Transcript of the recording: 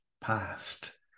past